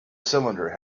cylinder